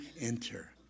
enter